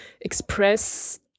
express